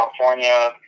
California